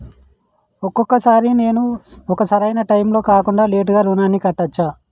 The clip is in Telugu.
ఒక్కొక సారి నేను ఒక సరైనా టైంలో కాకుండా లేటుగా రుణాన్ని కట్టచ్చా?